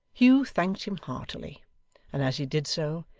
hugh thanked him heartily and as he did so,